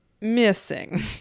missing